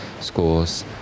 schools